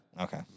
Okay